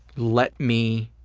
let me